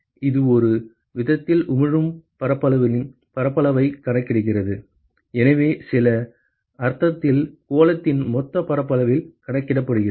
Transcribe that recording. எனவே இது ஒருவிதத்தில் உமிழும் பரப்புகளின் பரப்பளவைக் கணக்கிடுகிறது எனவே சில அர்த்தத்தில் கோளத்தின் மொத்த பரப்பளவில் கணக்கிடப்படுகிறது